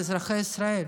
זה אזרחי ישראל.